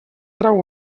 trau